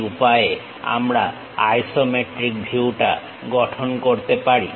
এই উপায়ে আমরা আইসোমেট্রিক ভিউটা গঠন করতে পারি